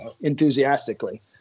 enthusiastically